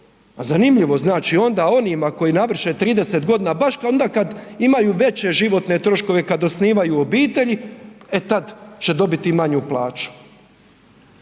A zanimljivo znači onda onima koji navrše 30 godina baš onda kad imaju veće životne troškove, kad osnivaju obitelji, e tad će dobiti manju plaću.